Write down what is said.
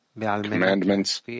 commandments